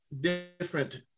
different